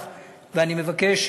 אני מודה לכולם על כך,